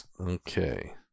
Okay